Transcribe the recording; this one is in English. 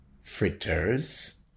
fritters